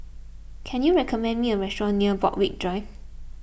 can you recommend me a restaurant near Borthwick Drive